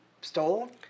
stole